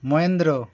Mahendra